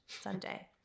Sunday